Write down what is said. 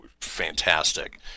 Fantastic